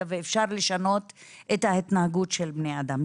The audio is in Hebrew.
ואפשר לשנות את ההתנהגות של בני האדם.